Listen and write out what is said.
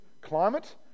climate